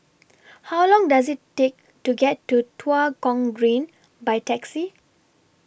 How Long Does IT Take to get to Tua Kong Green By Taxi